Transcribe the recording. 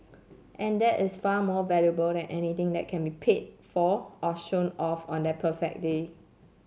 and that is far more valuable than anything that can be paid for or shown off on that perfect day